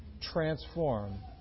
transform